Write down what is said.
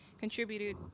contributed